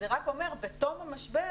זה רק אומר שבתום המשבר